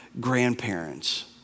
grandparents